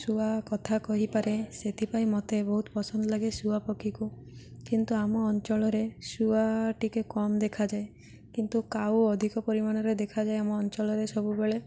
ଶୁଆ କଥା କହିପାରେ ସେଥିପାଇଁ ମତେ ବହୁତ ପସନ୍ଦ ଲାଗେ ଶୁଆ ପକ୍ଷୀକୁ କିନ୍ତୁ ଆମ ଅଞ୍ଚଳରେ ଶୁଆ ଟିକେ କମ୍ ଦେଖାଯାଏ କିନ୍ତୁ କାଉ ଅଧିକ ପରିମାଣରେ ଦେଖାଯାଏ ଆମ ଅଞ୍ଚଳରେ ସବୁବେଳେ